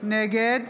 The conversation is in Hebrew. נגד